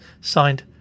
signed